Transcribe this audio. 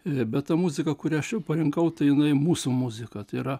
na bet ta muzika kurią aš parinkau tai jinai mūsų muzika yra